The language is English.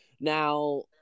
Now